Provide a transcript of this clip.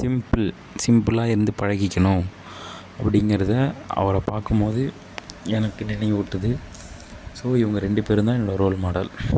simple சிம்பிளாக இருந்து பழகிக்கணும் அப்படிங்கிறத அவரை பாக்கும்போது எனக்கு நினைவூட்டுது ஸோ இவங்க ரெண்டு பேரும் தான் என்னோட ரோல் மாடல்